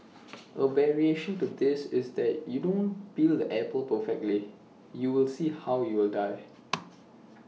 A variation to this is that if you don't peel the apple perfectly you will see how you die